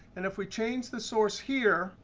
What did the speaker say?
and if we change the source here,